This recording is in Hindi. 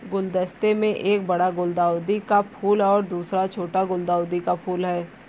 गुलदस्ते में एक बड़ा गुलदाउदी का फूल और दूसरा छोटा गुलदाउदी का फूल है